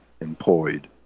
employed